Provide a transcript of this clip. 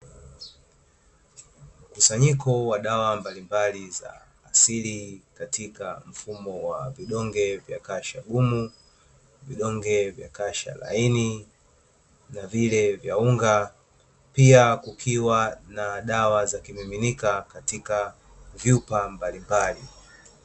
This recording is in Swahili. Mkusanyiko wa dawa mbalimbali za asili katika mfumo wa vidonge vya kasha gumu, vidonge vya kasha laini, na vile vya unga, pia kukiwa na dawa za kimiminika katika vyupa mbalimbali.